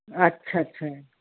अच्छा अच्छा